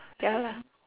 ya lah